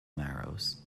marrows